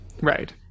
Right